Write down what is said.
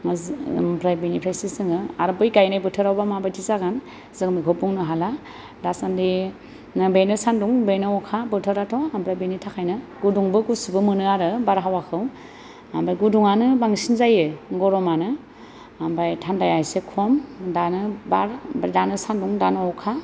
ओमफ्राय बिनिफ्रायसो जोङो आरो बै गायनाय बोथोरावबा माबायदि जागोन जों बेखौ बुंनो हाला दासान्दि बेनो सानदुं बेनो अखा बोथोराथ' ओमफ्राय बेनि थाखायनो गुदुंबो गुसुबो मोनो आरो बार हावाखौ ओमफ्राय गुदुंआनो बांसिन जायो गरमानो ओमफ्राय थान्डाया एसे खम दानो बार ओमफ्राय दानो सानदुं दानो अखा